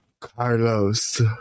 Carlos